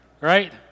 right